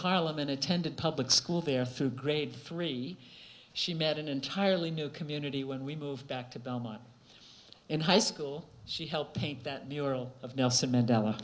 harlem and attended public school there through grade three she met an entirely new community when we moved back to belmont and high school she helped paint that mural of nelson mandela